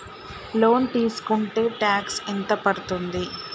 Loan తీస్కుంటే tax ఎంత పడ్తుంది?